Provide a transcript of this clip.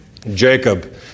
Jacob